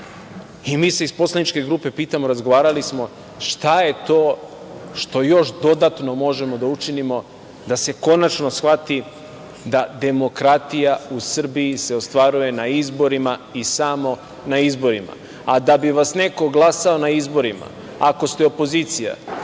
i mi se iz poslaničke grupe pitamo, razgovarali smo, šta je to što još dodatno možemo da učinimo da se konačno shvati da demokratija u Srbiji se ostvaruje na izborima i samo na izborima. Da bi vas neko glasao na izborima, ako ste opozicija